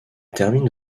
termine